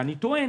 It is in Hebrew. אני טוען